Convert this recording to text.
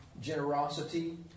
Generosity